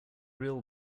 real